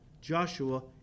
Joshua